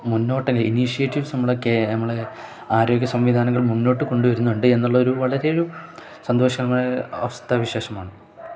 മുന്നോട്ടങ്ങ് initiatives നമ്മളെ ആരോഗ്യ സംവിധാനങ്ങൾ മുന്നോട്ടു കൊണ്ടുവരുന്നുണ്ട് എന്നുള്ളതൊരു വളരെ ഒരു സന്തോഷമായ അവസ്ഥാ വിശേഷമാണ്